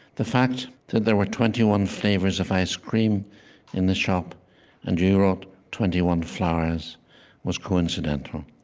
the fact that there were twenty one flavors of ice cream in the shop and you wrote twenty one flowers was coincidental.